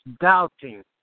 doubting